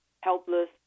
helpless